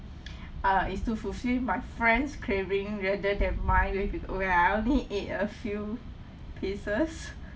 uh is to fulfill my friends craving rather than mine where we where I only ate a few pieces